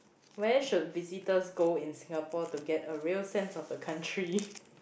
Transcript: where should visitors go in Singapore to get a real sense of the country